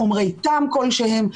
חומרי טעם כלשהם,